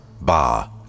Ba